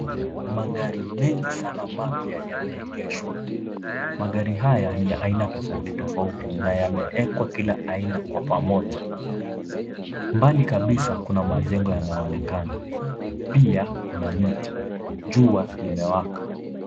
Magari mengi sana mapya yameegeshwa. Magari haya ni ya aina tofauti tofauti na yamewekwa kila aina kwa pamoja. Mbali kabisa kuna majengo yanaonekana. Pia kuna miti. Jua imewaka.